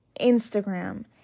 Instagram